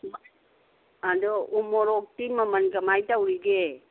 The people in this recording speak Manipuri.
ꯑꯗꯣ ꯎ ꯃꯣꯔꯣꯛꯇꯤ ꯃꯃꯟ ꯀꯃꯥꯏ ꯇꯧꯔꯤꯒꯦ